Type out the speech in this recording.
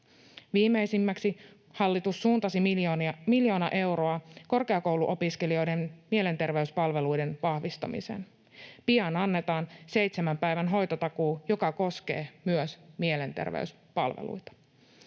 Viimeisimmäksi hallitus suuntasi miljoona euroa korkeakouluopiskelijoiden mielenterveyspalveluiden vahvistamiseen. Pian annetaan seitsemän päivän hoitotakuu, joka koskee myös mielenterveyspalveluita.